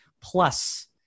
plus